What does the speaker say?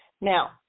Now